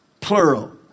plural